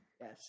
Yes